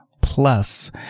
plus